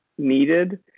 needed